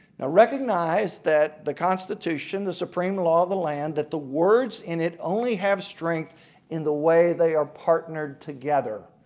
now recognize that the constitution, the supreme law of the land, that the words and it only have strength in the way they are partnered together.